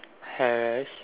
hash